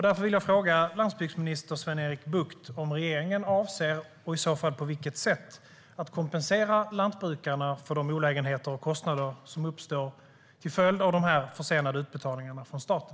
Därför vill jag fråga landsbygdsminister Sven-Erik Bucht om regeringen avser - och i så fall på vilket sätt - att kompensera lantbrukarna för de olägenheter och kostnader som uppstått till följd av de försenade utbetalningarna från staten.